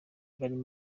barimo